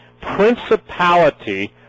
principality